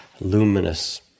luminous